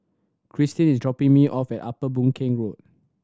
Kristyn is dropping me off at Upper Boon Keng Road